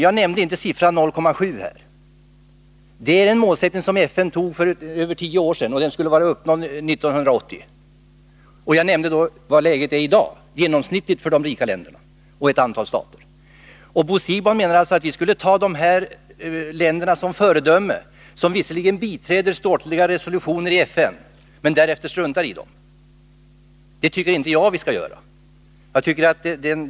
Jag nämnde inte talet 0,7. Det är ett mål som FN fastställde för över tio år sedan och som skulle vara uppnått 1980. Jag talade om läget i dag genomsnittligt för de rika länderna och för ett antal stater. Bo Siegbahn menar alltså att vi såsom föredömen skulle ha dessa länder, som visserligen biträder ståtliga resolutioner i FN men därefter struntar i dem. Det tycker inte jag att vi skall ha.